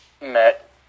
Met